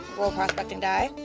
roll prospecting die,